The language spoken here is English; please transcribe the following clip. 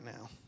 now